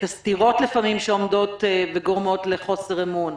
את הסתירות לפעמים שגורמות לחוסר אמון.